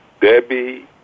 Debbie